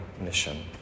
mission